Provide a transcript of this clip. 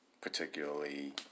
particularly